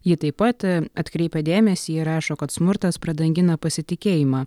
ji taip pat atkreipia dėmesį ji rašo kad smurtas pradangina pasitikėjimą